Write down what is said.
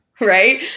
Right